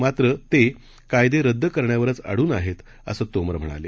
मात्र ते कायदे रद्द करण्यावरच अडून आहेत असं तोमर म्हणाले